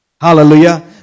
Hallelujah